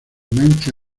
mancha